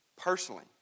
personally